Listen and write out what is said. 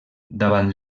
davant